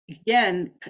again